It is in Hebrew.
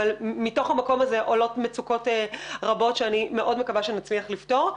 אבל מתוך המקום הזה עולות מצוקות רבות שאני מאוד מקווה שנצליח לפתור.